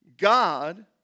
God